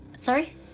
sorry